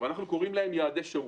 ואנחנו קוראים להם יעדי שירות.